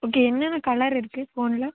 okay என்னென colour இருக்கு ஃபோனில்